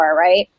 Right